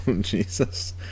Jesus